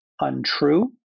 untrue